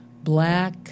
black